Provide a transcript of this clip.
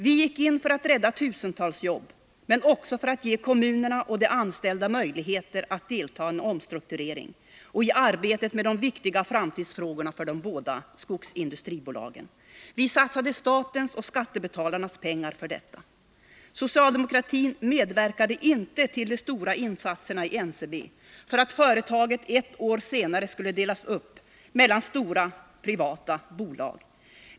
Vi gick in för att rädda tusentals jobb, men också för att ge kommunerna och de anställda möjligheter att delta i en omstrukturering och i arbetet med de viktiga framtidsfrågorna för de båda skogsindustribolagen. Vi satsade statens och skattebetalarnas pengar på detta. Socialdemokratin medverkade inte till de stora insatserna i NCB för att företaget ett år senare skulle delas upp mellan stora privata bolag.